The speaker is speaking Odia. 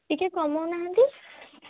ଟିକେ କମଉନାହାନ୍ତି